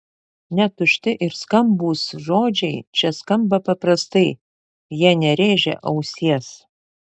net tušti ir skambūs žodžiai čia skamba paprastai jie nerėžia ausies